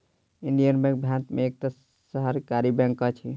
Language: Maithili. इंडियन बैंक भारत में एकटा सरकारी बैंक अछि